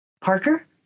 Parker